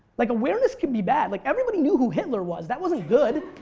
like awareness can be bad. like everybody knew who hitler was, that wasn't good.